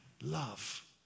love